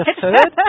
Third